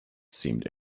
seemed